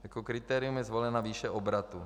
Jako kritérium je zvolena výše obratu.